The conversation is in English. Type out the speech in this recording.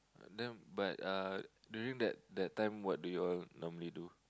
then but Uh during that that time what do you all normally do